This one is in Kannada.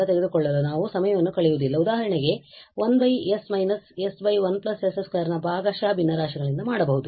ತೆಗೆದುಕೊಳ್ಳಲು ನಾವು ಸಮಯವನ್ನು ಕಳೆಯುವುದಿಲ್ಲ ಉದಾಹರಣೆಗೆ ನಾವು 1 s − s 1 s 2 ರ ಭಾಗಶಃ ಭಿನ್ನರಾಶಿಗಳಿಂದ ಮಾಡಬಹುದು